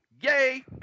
yay